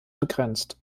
begrenzt